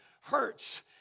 hurts